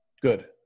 Good